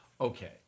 Okay